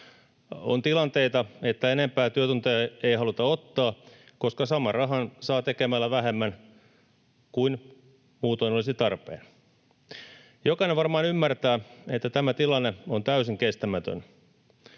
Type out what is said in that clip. On tilanteita, että enempää työtunteja ei haluta ottaa, koska saman rahan saa tekemällä vähemmän kuin muutoin olisi tarpeen. Jokainen varmaan ymmärtää, että tämä tilanne on täysin kestämätön.